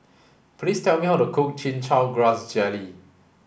please tell me how to cook chin chow grass jelly